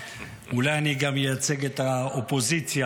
אולי אני גם אייצג את האופוזיציה,